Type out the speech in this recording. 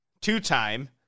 Two-time